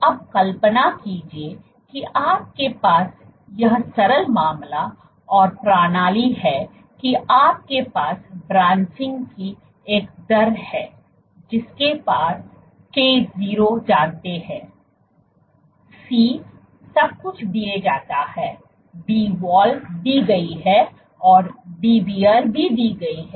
तो अब कल्पना कीजिए कि आपके पास यह सरल मामला और प्रणाली है कि आपके पास ब्रांचिंग की एक दर है जिसे आप K0 जानते हैं C सब कुछ दिया जाता है Dwal दी गई है और डीब्रा भी दी गई है